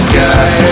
guy